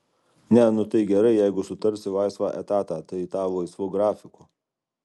ne nu tai gerai jeigu sutarsi laisvą etatą tai tą laisvu grafiku